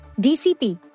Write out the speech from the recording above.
DCP